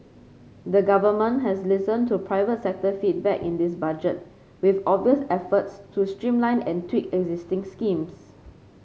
the government has listened to private sector feedback in this budget with obvious efforts to streamline and tweak existing schemes